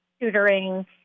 tutoring